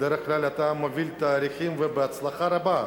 בדרך כלל אתה מוביל תהליכים, ובהצלחה רבה,